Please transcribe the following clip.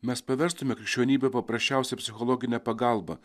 mes paverstume krikščionybę paprasčiausia psichologine pagalba